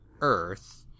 earth